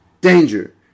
Danger